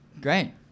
Great